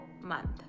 month